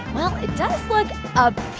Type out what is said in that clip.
well it does look ah